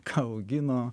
ką augino